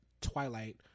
Twilight